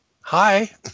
hi